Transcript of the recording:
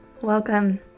welcome